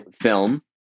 film